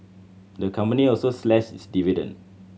the company also slashed its dividend